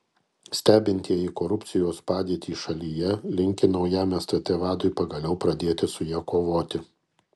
stebintieji korupcijos padėtį šalyje linki naujam stt vadui pagaliau pradėti su ja kovoti